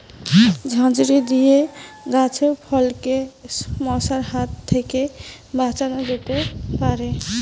ঝাঁঝরি দিয়ে গাছের ফলকে মশার হাত থেকে বাঁচানো যেতে পারে?